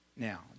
now